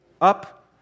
up